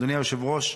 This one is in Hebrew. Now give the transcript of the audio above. אדוני היושב-ראש,